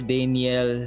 Daniel